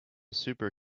super